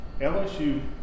LSU